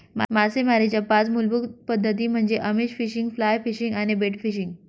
मासेमारीच्या पाच मूलभूत पद्धती म्हणजे आमिष फिशिंग, फ्लाय फिशिंग आणि बेट फिशिंग